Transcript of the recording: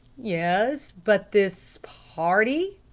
yes, but this party?